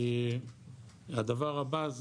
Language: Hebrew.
הדבר הבא,